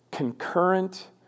Concurrent